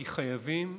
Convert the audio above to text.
כי חייבים,